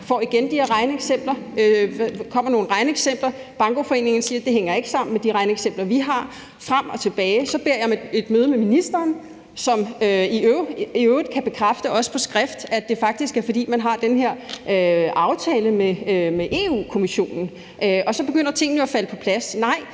ny teknisk gennemgang, der kommer nogle regneeksempler, og bankoforeningerne siger, at det ikke hænger sammen med de regneeksempler, de har. Det er frem og tilbage. Så beder jeg om et møde med ministeren, som i øvrigt kan bekræfte, også på skrift, at det faktisk er, fordi man har den her aftale med Europa-Kommissionen, og så begynder tingene jo at falde på plads. Nej,